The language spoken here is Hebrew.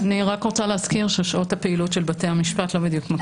אני רק רוצה להזכיר ששעות הפעילות של בתי המשפט לא בדיוק מתאימות.